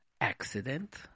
accident